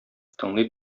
тыңлый